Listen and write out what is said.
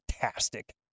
fantastic